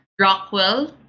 Rockwell